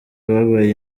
babaye